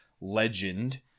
legend